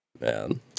Man